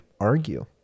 argue